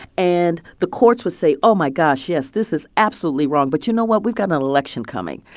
and the courts would say, oh, my gosh, yes, this is absolutely wrong. but you know what? we've got an election coming,